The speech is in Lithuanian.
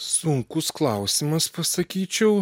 sunkus klausimas pasakyčiau